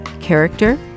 character